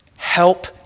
Help